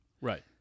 right